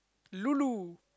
lulu